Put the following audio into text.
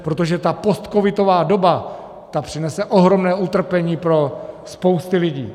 Protože ta postcovidová doba, ta přinese ohromné utrpení pro spousty lidí.